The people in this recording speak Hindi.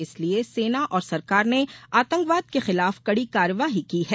इसलिये सेना और सरकार ने आतंकवाद के खिलाफ कड़ी कार्यवाही की है